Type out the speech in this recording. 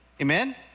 Amen